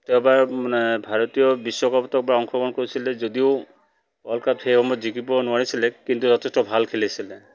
তেওঁ এবাৰ মানে ভাৰতীয় বিশ্বকাপতো এবাৰ অংশগ্ৰহণ কৰিছিলে যদিও ৱৰ্ল্ড কাপ সেই সময়ত জিকিব নোৱাৰিছিলে কিন্তু যথেষ্ট ভাল খেলিছিলে